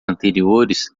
anteriores